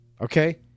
Okay